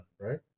right